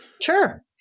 Sure